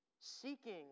Seeking